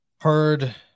Heard